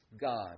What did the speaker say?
God